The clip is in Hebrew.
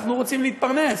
אנחנו רוצים להתפרנס.